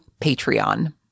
Patreon